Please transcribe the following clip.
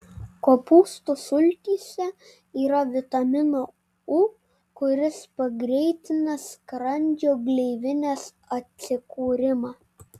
kopūstų sultyse yra vitamino u kuris pagreitina skrandžio gleivinės atsikūrimą